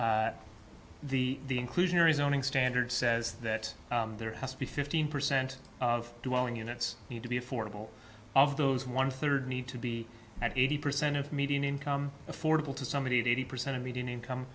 the inclusionary zoning standard says that there has to be fifteen percent of doing units need to be affordable of those one third need to be at eighty percent of median income affordable to somebody eighty percent of median income